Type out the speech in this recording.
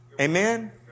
Amen